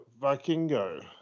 Vikingo